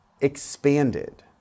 expanded